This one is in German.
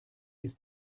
ist